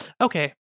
Okay